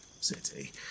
city